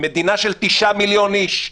מדינה של 9 מיליון איש,